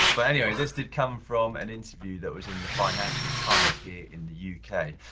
but anyway this did come from an interview that was in the financial times here in the u k.